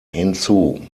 hinzu